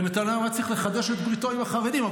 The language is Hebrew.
ונתניהו היה צריך לחדש את בריתו עם החרדים.